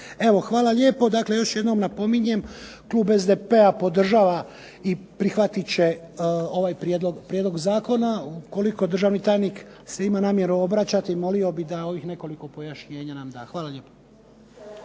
hvala lijepo. Dakle, još jednom napominjem klub SDP-a podržava i prihvatit će ovaj prijedlog zakona ukoliko državni tajnik se ima namjeru obraćati molio bi da ovih nekoliko pojašnjenja nam da. Hvala lijepo.